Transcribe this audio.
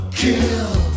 kill